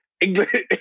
English